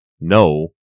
no